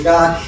God